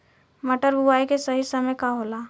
मटर बुआई के सही समय का होला?